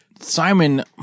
Simon